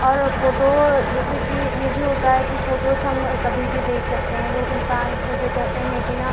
और फ़ोटो जैसे कि ये भी होता है कि फ़ोटोस हम कभी भी देख सकते हैं वो इंसान जैसे कहते हैं कि न